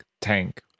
Tank